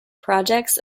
projects